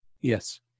Yes